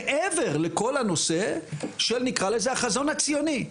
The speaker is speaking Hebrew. מעבר לכל הנושא של נקרא לזה החזון הציוני.